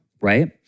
Right